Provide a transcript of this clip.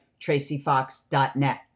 TracyFox.net